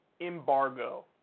embargo